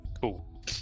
Cool